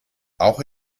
auch